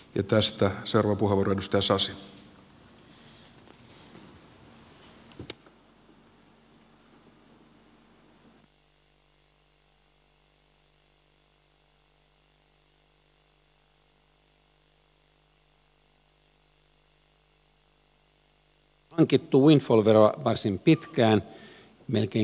nyt tästä se hankittu windfall veroa varsin pitkään melkein kymmenen vuotta